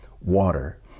water